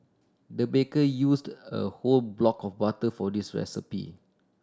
the baker used a whole block of butter for this recipe